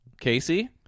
Casey